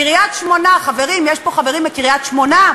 קריית-שמונה, חברים, יש פה חברים מקריית-שמונה?